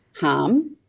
harm